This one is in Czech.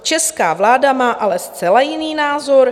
Česká vláda má ale zcela jiný názor.